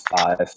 five